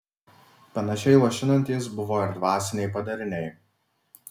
panašiai luošinantys buvo ir dvasiniai padariniai